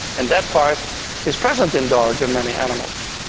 and that part is present in dogs and many animals.